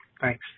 Thanks